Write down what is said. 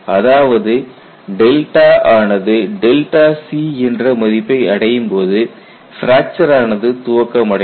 அதாவது ஆனது c என்ற மதிப்பை அடையும்போது பிராக்சர் ஆனது துவக்கம் அடையும்